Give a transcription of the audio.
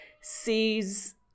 sees